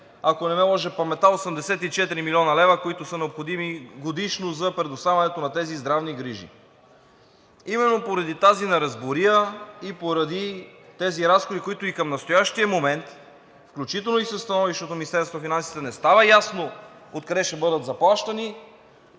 ако не ме лъже паметта, 84 млн. лв., които са необходими годишно за предоставянето на тези здравни грижи. Именно поради тази неразбория и поради тези разходи, които и към настоящия момент, включително и със становището на Министерството на финансите, не става ясно откъде ще бъдат заплащани,